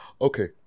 Okay